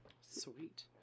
Sweet